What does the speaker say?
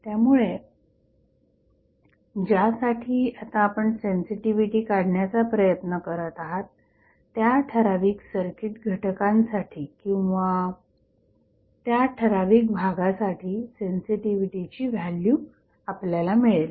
यामुळे ज्यासाठी आता आपण सेन्सिटिव्हिटी काढण्याचा प्रयत्न करत आहात त्या ठराविक सर्किट घटकांसाठी किंवा त्या ठराविक भागासाठी सेन्सिटिव्हिटीची व्हॅल्यू आपल्याला मिळेल